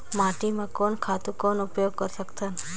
माटी म कोन खातु कौन उपयोग कर सकथन?